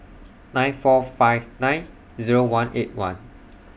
nine four five nine Zero one eight one